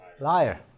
liar